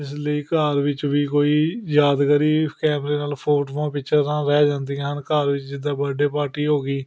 ਇਸ ਲਈ ਘਰ ਵਿੱਚ ਵੀ ਕੋਈ ਯਾਦਗਾਰੀ ਕੈਮਰੇ ਨਾਲ ਫੋਟਵਾਂ ਪਿੱਚਰਾਂ ਰਹਿ ਜਾਂਦੀਆਂ ਹਨ ਘਰ ਵਿੱਚ ਜਿੱਦਾਂ ਬਰਡੇ ਪਾਰਟੀ ਹੋ ਗਈ